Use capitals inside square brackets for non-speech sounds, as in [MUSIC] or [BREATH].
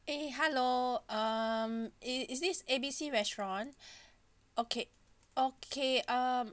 eh hello um is is this A B C restaurant [BREATH] okay okay um